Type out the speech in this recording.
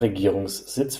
regierungssitz